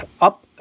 up